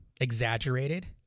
exaggerated